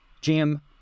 Jim